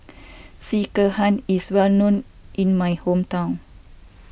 Sekihan is well known in my hometown